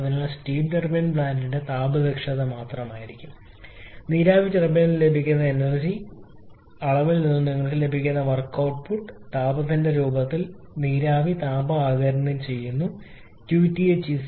അതിനാൽ steam turbine പ്ലാന്റിന്റെ താപ ദക്ഷത മാത്രമായിരിക്കും നീരാവി ടർബൈനിൽ നിന്നും ലഭിക്കുന്ന energy ർജ്ജത്തിന്റെ അളവിൽ നിന്നും നിങ്ങൾക്ക് ലഭിക്കുന്ന നെറ്റ്വർക്ക് output ട്ട്പുട്ട് താപത്തിന്റെ രൂപത്തിൽ നീരാവി താപം ആഗിരണം ചെയ്യുന്നു 𝜂𝑡ℎ𝑆𝑇 𝑊𝑛𝑒𝑡𝑆T𝑞𝑆𝑇 1331